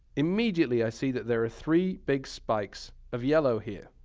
immediately, i see that there are three big spikes of yellow here.